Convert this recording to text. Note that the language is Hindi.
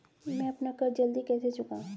मैं अपना कर्ज जल्दी कैसे चुकाऊं?